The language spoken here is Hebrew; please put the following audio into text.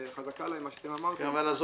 חזקה עלי מה שאמרתם --- עזוב,